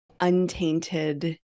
untainted